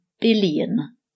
billion